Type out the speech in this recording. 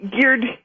Geared